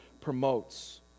promotes